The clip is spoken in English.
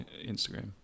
Instagram